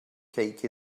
cake